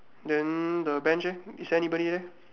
then the bench leh is there anybody there